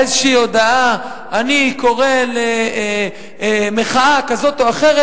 איזושהי הודעה: אני קורא למחאה כזאת או אחרת,